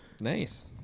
Nice